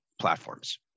platforms